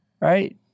right